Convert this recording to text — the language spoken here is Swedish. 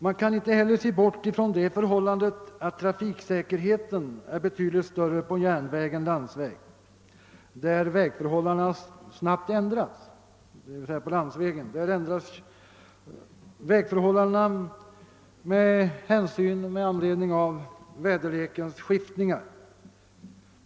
Man kan inte heller se bort från det förhållandet att trafiksäkerheten är betydligt större på järnväg än på landsväg, där vägförhållandena snabbt ändras med väderlekens skiftningar.